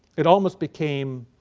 it almost became,